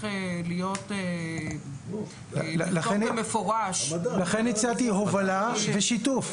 שצריך לכתוב במפורש --- לכן הצעתי הובלה ושיתוף.